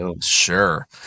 sure